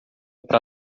para